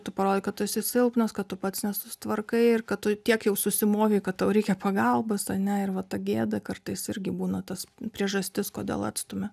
tu parodai kad tu esi silpnas kad tu pats nesusitvarkai ir kad tu tiek jau susimovei kad tau reikia pagalbos ane ir va ta gėda kartais irgi būna tas priežastis kodėl atstumia